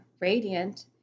Radiant